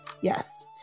yes